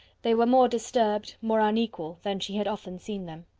they were more disturbed, more unequal, than she had often seen them.